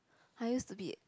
I used to be